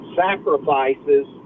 sacrifices